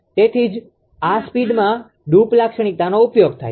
તેથી જ આ સ્પીડમાં ડ્રૂપ લાક્ષણિકતાનો ઉપયોગ થાય છે